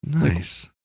Nice